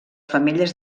femelles